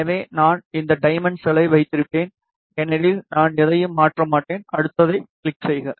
எனவே நான் இந்த டைமென்ஷன்களை வைத்திருப்பேன் ஏனெனில் நான் எதையும் மாற்ற மாட்டேன் அடுத்ததைக் கிளிக் செய்க